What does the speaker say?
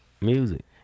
music